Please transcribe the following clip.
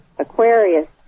Aquarius